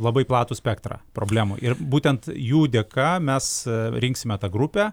labai platų spektrą problemų ir būtent jų dėka mes rinksime tą grupę